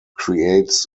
creates